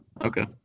okay